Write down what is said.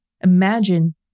imagine